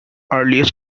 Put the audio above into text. earliest